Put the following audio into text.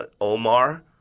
Omar